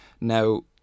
now